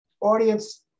audience